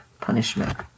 punishment